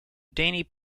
danny